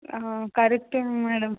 correct madam